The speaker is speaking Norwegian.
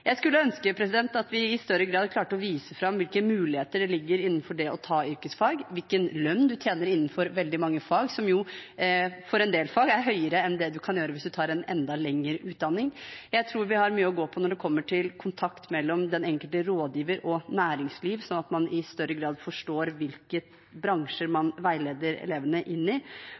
Jeg skulle ønske vi i større grad klarte å vise fram hvilke muligheter som ligger innenfor det å ta yrkesfag, hvilken lønn man får innenfor veldig mange fag, som jo for en del fag er høyere enn det man kan få hvis man tar en enda lengre utdanning. Jeg tror vi har mye å gå på når det kommer til kontakt mellom den enkelte rådgiver og næringsliv, sånn at man i større grad forstår hvilke bransjer man veileder elevene inn i.